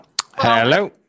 Hello